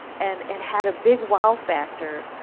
and it had a big wow factor,